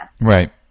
Right